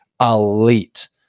elite